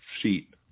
sheet